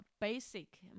basic